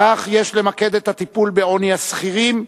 כך יש למקד את הטיפול בעוני השכירים,